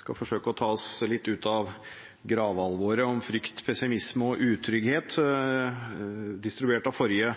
skal forsøke å ta oss litt ut av gravalvoret rundt frykt, pessimisme og utrygghet, distribuert av forrige